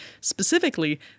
specifically